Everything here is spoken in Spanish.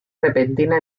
repentina